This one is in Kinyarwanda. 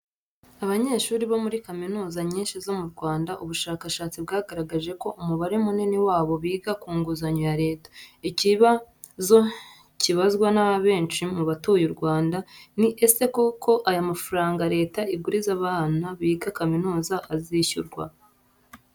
Abanyeshuri bo muri kaminuza nyinshi zo mu Rwanda, ubushakashatsi bwagaragaje ko umubare munini wabo biga ku nguzanyo ya leta. Ikibazo kibazwa na benshi mu batuye u Rwanda ni ese koko aya mafaranga leta iguriza abana biga kaminuza azishyurwa?